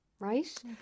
Right